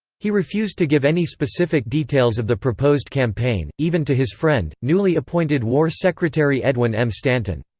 he refused to give any specific details of the proposed campaign, even to his friend, newly appointed war secretary edwin m. stanton.